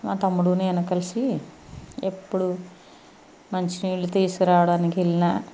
మా తమ్ముడు నేను కలిసి ఎప్పుడు మంచి నీళ్ళు తీసుకురావడానికి వెళ్ళినా